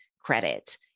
credit